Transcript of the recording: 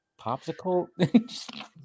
popsicle